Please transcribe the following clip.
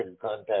contact